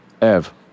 Ev